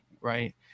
Right